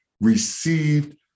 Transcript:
received